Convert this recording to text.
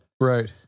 Right